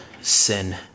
sin